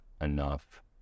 enough